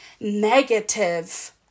negative